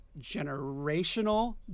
generational